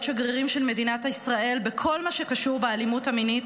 שגרירים של מדינת ישראל בכל מה שקשור באלימות המינית